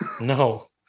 No